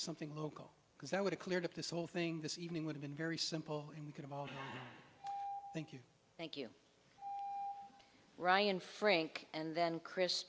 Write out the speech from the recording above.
something local because that would clear up this whole thing this evening would've been very simple and we could all thank you thank you ryan frank and then chris